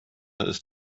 ist